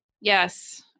Yes